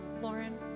Lauren